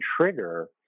trigger